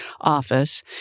office